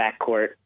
backcourt